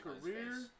career